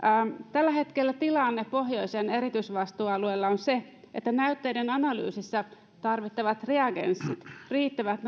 tällä hetkellä tilanne pohjoisen erityisvastuualueella on se että näytteiden analyysissa tarvittavat reagenssit riittävät